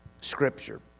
Scripture